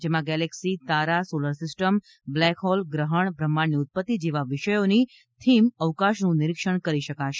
જેમાં ગેલેક્સી તારા solar system black hole ગ્રહણ બ્રહ્માંડની ઉત્પતિ જેવા વિષયોની થીમ અવકાશનું નિરીક્ષણ કરી શકાશે